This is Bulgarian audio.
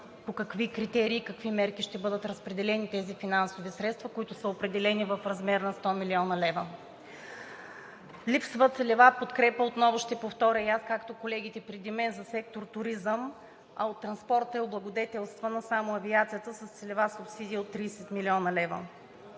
по какви критерии какви мерки ще бъдат разпределени тези финансови средства, които са определени в размер на 100 млн. лв. Липсва целева подкрепа, аз отново ще повторя, както и колегите преди мен, за сектор „Туризъм“ – от транспорта е облагодетелствана само авиацията с целева субсидия от 30 млн. лв.